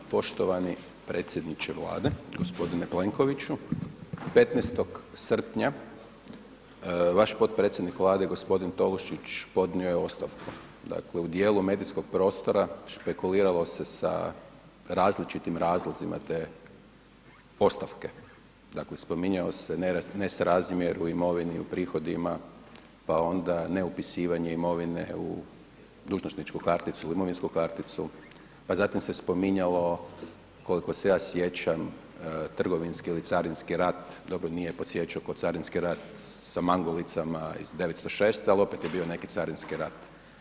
Poštovani predsjedniče Vlade, gospodine Plenkoviću, 15. srpnja, vaš potpredsjednik Vlade g. Tolušić podnio je ostavku, dakle u dijelu medijskog prostora špekuliralo se sa različitim razlozima te ostavke, dakle spominjao se nesrazmjer u imovini, u prihodima, pa onda ne upisivanje imovine u dužnosničku karticu, imovinsku karticu, pa zatim se spominjalo, koliko se ja sjećam trgovinski ili carinski rat, dobro nije podsjećao kao carinski rat sa mangulicama iz 906.te ali opet je bio neki carinski rat.